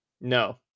No